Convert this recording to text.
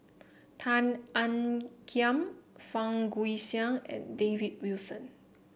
Tan Ean Kiam Fang Guixiang and David Wilson